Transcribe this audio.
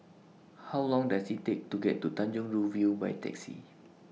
How Long Does IT Take to get to Tanjong Rhu View By Taxi